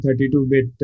32-bit